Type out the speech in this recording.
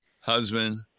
husband